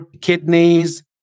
kidneys